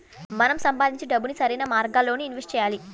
మనం సంపాదించే డబ్బుని సరైన మార్గాల్లోనే ఇన్వెస్ట్ చెయ్యాలి